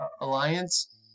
alliance